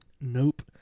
Nope